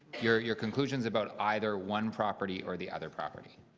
your your conclusions about either one property or the other property?